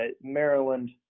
maryland